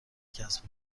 کسب